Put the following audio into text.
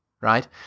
right